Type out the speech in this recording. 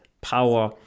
power